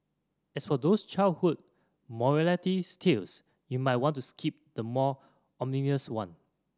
as for those childhood morality tales you might want to skip the more ominous ones